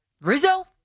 Rizzo